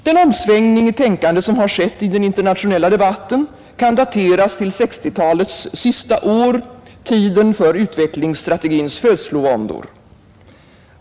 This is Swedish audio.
Den omsvängning i tänkandet som har skett i den internationella debatten kan dateras till 1960-talets sista år — tiden för utvecklingsstrategins födslovåndor.